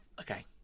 Okay